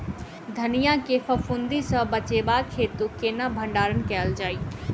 धनिया केँ फफूंदी सऽ बचेबाक हेतु केना भण्डारण कैल जाए?